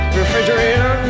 refrigerator